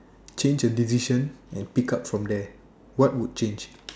change a decision and pick up from there what would change